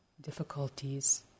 difficulties